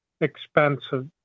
expensive